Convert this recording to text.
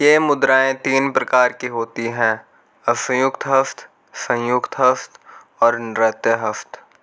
ये मुद्राएं तीन प्रकार की होती हैं असंयुक्त हस्त संयुक्त हस्त और नृत्य हस्त